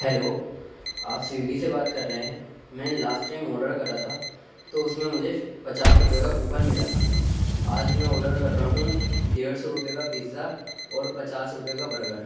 hello آپ سوئیگی سے بات کر رہے ہیں میں نے لاسٹ ٹائم آڈر کرا تھا تو اس میں مجھے پچاس روپئے کا کوپن ملا تھا آج میں آڈر کر رہا ہوں ڈیڑھ سو روپئے کا پیزا اور پچاس روپئے کا برگر